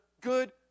good